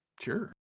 Sure